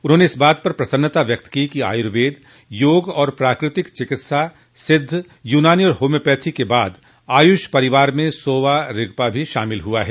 उन्होंने इस बात पर प्रसन्नता व्यक्त की कि आयुर्वेद योग तथा प्राकृतिक चिकित्सा सिद्ध यूनानी और होम्योपैथी के बाद आयुष परिवार में सोवा रिगपा भी शामिल हुआ है